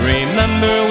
Remember